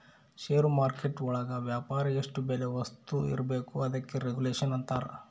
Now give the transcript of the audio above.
ಷೇರು market ಒಳಗ ವ್ಯಾಪಾರ ಎಷ್ಟ್ ಬೆಲೆ ವಸ್ತು ಇರ್ಬೇಕು ಅದಕ್ಕೆ ರೆಗುಲೇಷನ್ ಅಂತರ